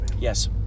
Yes